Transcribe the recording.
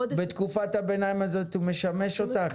בתקופת הביניים הזאת הוא אפקטיבי, הוא משמש אותך?